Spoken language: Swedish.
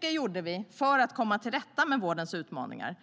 Vi gjorde mycket för att komma till rätta med vårdens utmaningar.